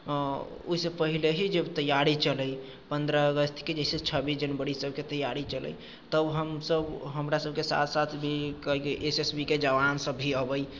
ओहिसँ पहिले ही जब तैयारी चलै पन्द्रह अगस्तके जैसे छब्बीस जनवरी सभके तैयारी चलै तब हमसभ हमरा सभके साथ साथ भी कए गो एस एस बी के जवान सभ भी अबै